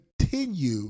continue